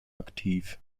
aktiv